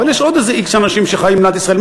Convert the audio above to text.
אבל יש עוד איזה xאנשים שחיים במדינת ישראל,